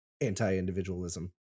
anti-individualism